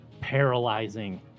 paralyzing